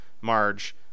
Marge